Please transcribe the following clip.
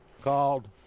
Called